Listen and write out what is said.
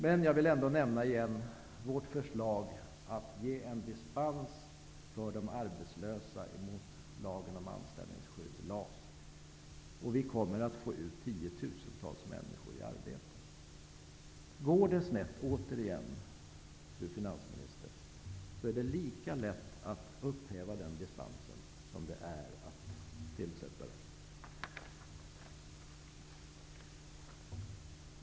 Men jag vill ändå nämna vårt förslag att ge dispens för de arbetslösa vid tillämpningen av lagen om anställningskydd, LAS. Vi kommer att få ut tiotusentals människor i arbete. Om det går snett - återigen, fru finansminster - är det lika lätt att upphäva den dispensen som det är att besluta om den.